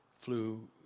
Flew